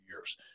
years